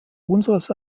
unseres